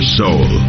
soul